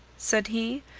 said he,